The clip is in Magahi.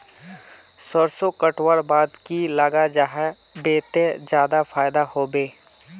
सरसों कटवार बाद की लगा जाहा बे ते ज्यादा फायदा होबे बे?